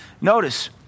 Notice